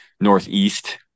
northeast